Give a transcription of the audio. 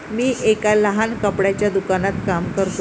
मी एका लहान कपड्याच्या दुकानात काम करतो